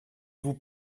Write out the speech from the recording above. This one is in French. vous